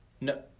No